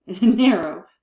narrow